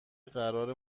قرار